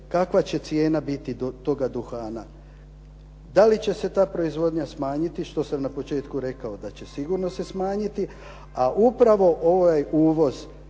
kakva će cijena biti toga duhana? Da li će se ta proizvodnja smanjiti, što sam na početku rekao da će sigurno se smanjiti, a upravo ovaj uvoz